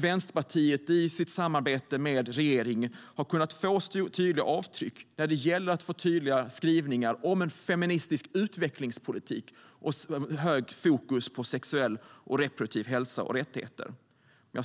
Vänsterpartiet har i sitt samarbete med regeringen kunnat ge tydliga avtryck i form av tydliga skrivningar om feministisk utvecklingspolitik med starkt fokus på sexuell och reproduktiv hälsa och rättigheter. Men